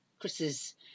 Chris's